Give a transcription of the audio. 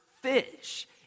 fish